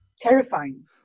terrifying